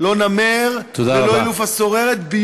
לא נמר ולא אילוף הסוררת.